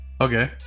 Okay